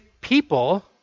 people